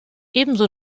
ebenso